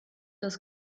das